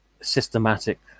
systematic